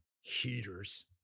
heaters